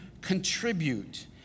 contribute